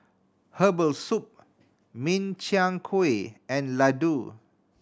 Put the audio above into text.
herbal soup Min Chiang Kueh and laddu